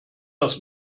das